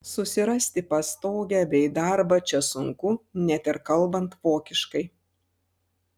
susirasti pastogę bei darbą čia sunku net ir kalbant vokiškai